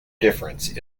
difference